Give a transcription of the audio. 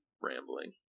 rambling